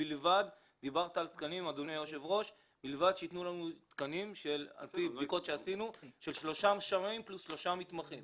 ובלבד שייתנו לנו תקנים של שלושה שמאים פלוס שלושה מתמחים.